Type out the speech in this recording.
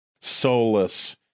soulless